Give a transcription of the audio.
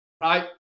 right